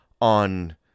on